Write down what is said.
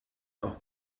auch